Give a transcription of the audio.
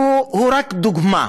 הוא רק דוגמה.